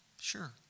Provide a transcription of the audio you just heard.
Sure